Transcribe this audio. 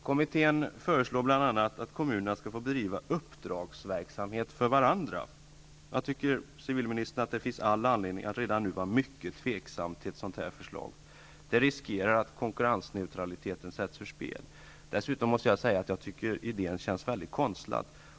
Kommittén föreslår bl.a. att kommunerna skall få bedriva uppdragsverksamhet för varandra. Det finns all anledning att redan nu vara mycket tveksam till ett sådant förslag, civilministern. Det riskerar att sätta konkurrensneutraliteten ur spel. Dessutom känns idén mycket konstlad.